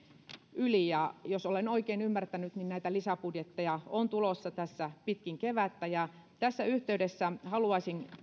yli ja jos olen oikein ymmärtänyt niin näitä lisäbudjetteja on tulossa tässä pitkin kevättä ja tässä yhteydessä haluaisin